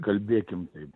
kalbėkim taip